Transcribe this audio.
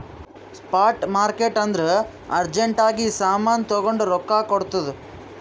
spot market ಅಂದುರ್ urgent ಆಗಿ ಸಾಮಾನ್ ತಗೊಂಡು ರೊಕ್ಕಾ ಕೊಡ್ತುದ್